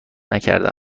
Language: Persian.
نکرده